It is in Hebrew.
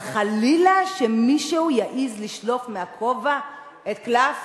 אבל חלילה שמישהו יעז לשלוף מהכובע את קלף